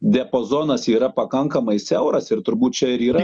diapazonas yra pakankamai siauras ir turbūt ir yra